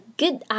good